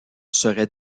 serait